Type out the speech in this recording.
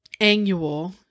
annual